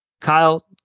Kyle